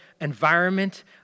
environment